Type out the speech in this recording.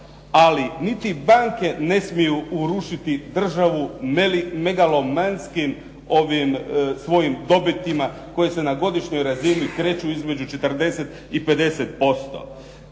ali niti banke ne smiju urušiti državu megalomanskim svojim dobitima koje se na godišnjoj razini kreću između 40 i 50%.